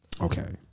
Okay